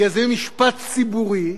כזה משפט ציבורי,